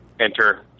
enter